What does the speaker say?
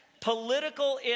political